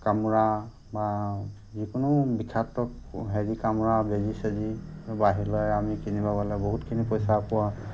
কামোৰা বা যিকোনো বিষাক্ত হেৰি কামোৰা বেজী চেজী বাহিৰলৈ আমি কিনিব গ'লে বহুতখিনি পইচা পোৱা